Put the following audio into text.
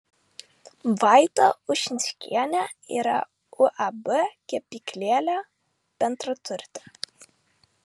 vaida ušinskienė yra uab kepyklėlė bendraturtė